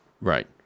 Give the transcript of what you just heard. Right